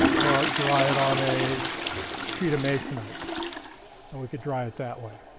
or dry it on a sheet of masonite and we could dry it that way.